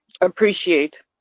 appreciate